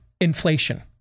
inflation